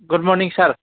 good morning sir